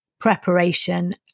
preparation